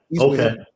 Okay